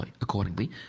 accordingly